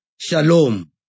Shalom